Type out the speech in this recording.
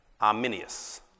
Arminius